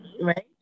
right